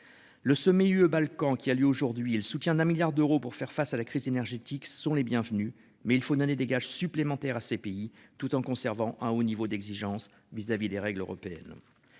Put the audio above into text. Le sommet UE-Balkans qui a lieu aujourd'hui et le soutien d'un milliard d'euros pour faire face à la crise énergétique sont les bienvenus mais il faut donner des gages supplémentaires à ces pays tout en conservant à haut niveau d'exigence vis-à-vis des règles européennes.